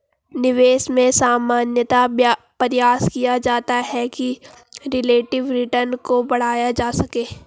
निवेश में सामान्यतया प्रयास किया जाता है कि रिलेटिव रिटर्न को बढ़ाया जा सके